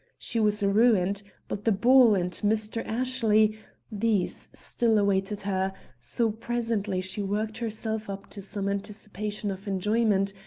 she was ruined but the ball, and mr. ashley these still awaited her so presently she worked herself up to some anticipation of enjoyment,